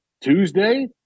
Tuesday